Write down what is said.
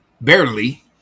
Barely